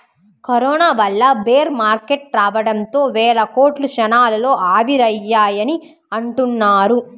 corona వల్ల bear market రావడంతో వేల కోట్లు క్షణాల్లో ఆవిరయ్యాయని అంటున్నారు